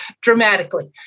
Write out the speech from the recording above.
dramatically